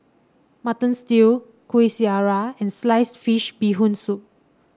Mutton Stew Kuih Syara and slice fish Bee Hoon Soup